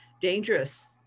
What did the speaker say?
dangerous